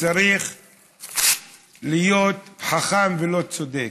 וצריך להיות חכם ולא צודק.